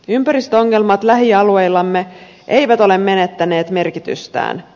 ympäristöongelmat lähialueillamme eivät ole menettäneet merkitystään